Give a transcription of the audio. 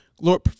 Lord